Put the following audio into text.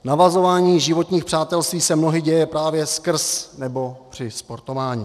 Navazování životních přátelství se mnohdy děje právě skrz nebo při sportování.